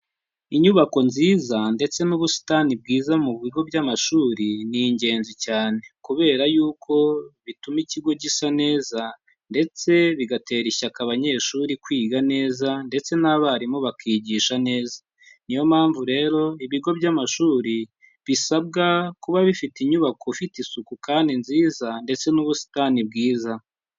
Inyubako nziza ndetse n'ubusitani bwiza mu bigo by'amashuri ni ingenzi cyane, kubera yuko bituma ikigo gisa neza ndetse bigatera ishyaka abanyeshuri kwiga neza ndetse n'abarimu bakigisha neza, niyo mpamvu rero ibigo by'amashuri bisabwa kuba bifite inyubako ifite isuku kandi nziza ndetse n'ubusitani bwiza.